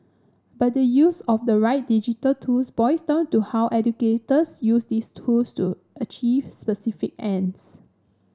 but the use of the right digital tools boils down to how educators use these tools to achieve specific ends